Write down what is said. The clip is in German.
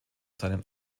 seinen